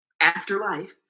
afterlife